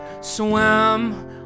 Swim